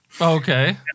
Okay